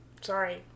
Sorry